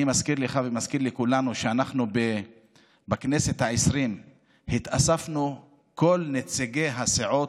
אני מזכיר לך ומזכיר לכולנו שבכנסת העשרים התאספנו כל נציגי הסיעות,